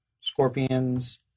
scorpions